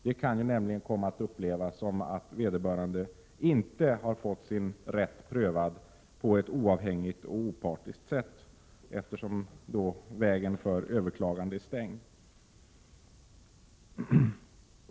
Det kan nämligen komma att upplevas så, att vederbörande inte har fått sin rätt prövad på ett oavhängigt och opartiskt sätt, eftersom vägen till överklagande då är stängd.